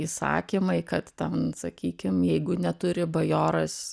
įsakymai kad ten sakykim jeigu neturi bajoras